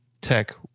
Tech